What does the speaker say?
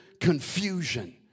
confusion